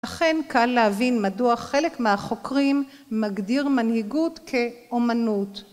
ולכן קל להבין מדוע חלק מהחוקרים מגדיר מנהיגות כאומנות.